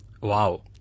Wow